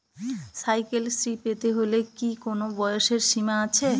Cycle Shri পেতে হলে কি কোনো বয়সের সীমা আছে?